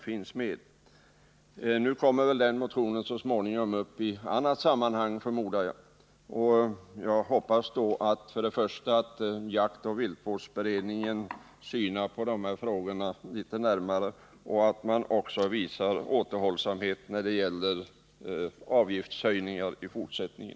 Den motionen kommer så småningom upp, förmodar jag, och jag hoppas att jaktoch viltvårdsberedningen då ser litet närmare på de här frågorna och att man även visar återhållsamhet när det gäller höjningar av älgavgifterna i fortsättningen.